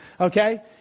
Okay